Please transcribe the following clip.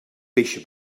peix